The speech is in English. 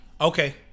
Okay